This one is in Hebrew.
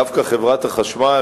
דווקא חברת החשמל,